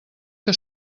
que